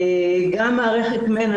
גם מערכת מנ"ע,